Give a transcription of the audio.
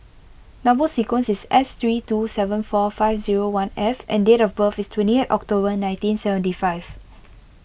Number Sequence is S three two seven four five zero one F and date of birth is twenty eight October nineteen seventy five